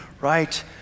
right